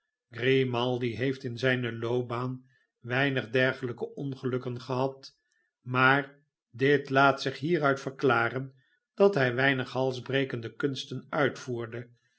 grimaldi heeft in zijne loopbaan weinig dergelijke ongelukken gehad maar dit laat zich meruit verklaren dat hij weinig halsbrekende kunsten uitvoerde